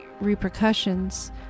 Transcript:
repercussions